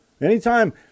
Anytime